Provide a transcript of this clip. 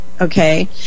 okay